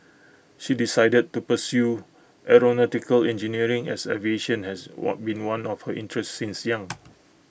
she decided to pursue aeronautical engineering as aviation has what been one of her interests since young